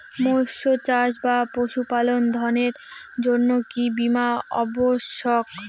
মৎস্য চাষ বা পশুপালন ঋণের জন্য কি বীমা অবশ্যক?